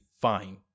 fine